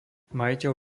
majiteľ